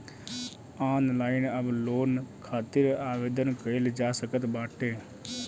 online अब loan खातिर आवेदन कईल जा सकत बाटे